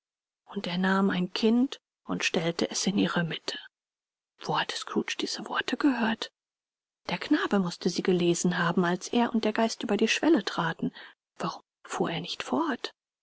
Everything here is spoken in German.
und er nahm ein kind und stellte es in ihre mitte wo hatte scrooge diese worte gehört der knabe mußte sie gelesen haben als er und der geist über die schwelle traten warum fuhr er nicht fort